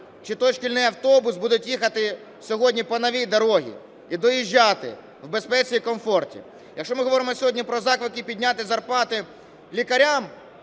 чи той шкільний автобус будуть їхати сьогодні по новій дорозі і доїжджати в безпеці і комфорті. Якщо ми говоримо сьогодні про заклики підняти зарплати лікарям,